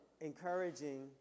Encouraging